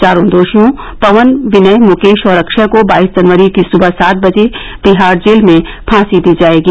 चारों दोष्टियों पवन विनय मुकेश और अक्षय को बाइस जनवरी की सुबह सात बजे तिहाड़ जेल में फांसी दी जाएगी